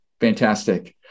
Fantastic